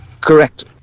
Correct